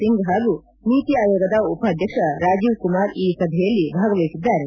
ಸಿಂಗ್ ಹಾಗೂ ನೀತಿ ಆಯೋಗದ ಉಪಾಧ್ಯಕ್ಷ ರಾಜೀವ್ ಕುಮಾರ್ ಈ ಸಭೆಯಲ್ಲಿ ಭಾಗವಹಿಸಿದ್ದಾರೆ